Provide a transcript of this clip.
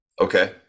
okay